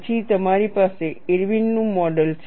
પછી તમારી પાસે ઇરવિનનું મોડેલ Irwin's model છે